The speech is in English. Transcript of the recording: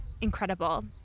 incredible